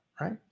right